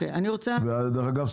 דרך אגב,